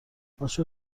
عاشق